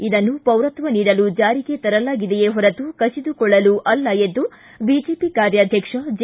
ಇದನ್ನು ಪೌರತ್ವ ನೀಡಲು ಜಾರಿಗೆ ತರಲಾಗಿದೆಯೇ ಹೊರತು ಕಸಿದುಕೊಳ್ಳಲು ಅಲ್ಲ ಎಂದು ಬಿಜೆಪಿ ಕಾರ್ಯಾಧ್ಯಕ್ಷ ಜೆ